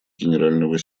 генерального